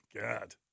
God